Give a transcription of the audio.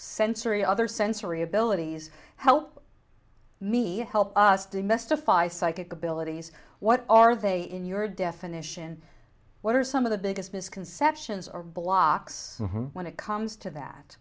sensory other sensory abilities help me help us to mystify psychic abilities what are they in your definition what are some of the biggest misconceptions are blocks when it comes to that